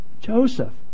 Joseph